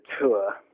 tour